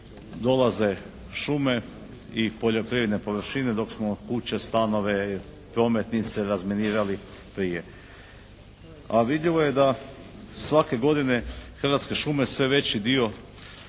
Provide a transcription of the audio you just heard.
dolaze šume i poljoprivredne površine dok smo kuće, stanove, prometnice razminirali prije. A vidljivo je da svake godine Hrvatske šume sve veći dio